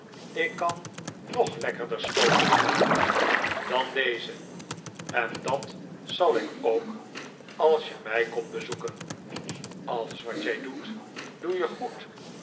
ik kan nog lekkerder schotels maken dan deze en dat zal ik ook als je mij komt bezoeken alles wat jij doet doe je goed